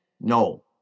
no